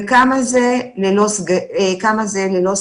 וכמה זה ללא סקרים.